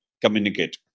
communicate